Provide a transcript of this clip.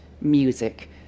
music